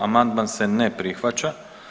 Amandman se ne prihvaća.